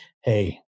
hey